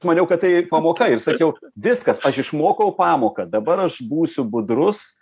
maniau kad tai pamoka ir sakiau viskas aš išmokau pamoką dabar aš būsiu budrus